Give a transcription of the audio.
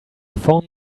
phone